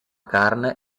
carne